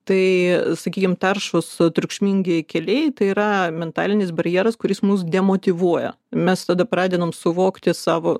tai sakykim taršūs triukšmingieji keliai tai yra mentalinis barjeras kuris mus demotyvuoja mes tada pradedam suvokti savo